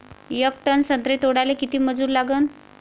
येक टन संत्रे तोडाले किती मजूर लागन?